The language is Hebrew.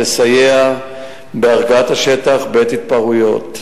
לסייע בהרגעת השטח בעת התפרעויות,